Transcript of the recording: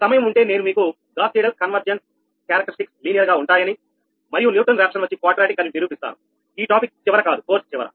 సమయం ఉంటే నేను మీకు Gauss Seidel convergence characteristics linear గా ఉంటాయని మరియు న్యుటన్ రాఫ్సన్ వచ్చి సహజ అని నిరూపిస్తాను ఈ అంశం చివర కాదు కోర్సు చివర